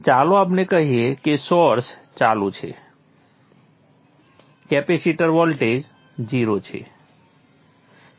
ચાલો આપણે કહીએ કે સોર્સ ચાલુ છે કેપેસિટર વોલ્ટેજ 0 છે